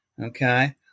Okay